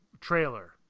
trailer